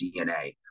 DNA